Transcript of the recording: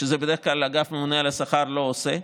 שאת זה בדרך כלל האגף הממונה על השכר לא עושה.